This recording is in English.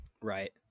Right